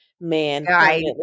man